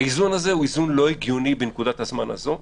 האיזון הזה הוא איזון לא הגיוני בנקודת הזמן הזאת.